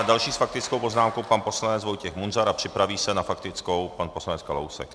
Další s faktickou poznámkou pan poslanec Vojtěch Munzar a připraví se na faktickou pan poslanec Kalousek.